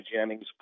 Jennings